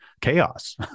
chaos